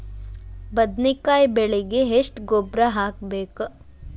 ಬದ್ನಿಕಾಯಿ ಬೆಳಿಗೆ ಎಷ್ಟ ಗೊಬ್ಬರ ಹಾಕ್ಬೇಕು?